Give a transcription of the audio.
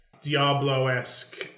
Diablo-esque